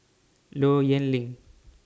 Low Yen Ling